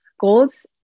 goals